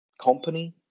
company